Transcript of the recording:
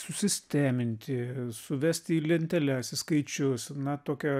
susisteminti suvesti į lenteles į skaičius na tokio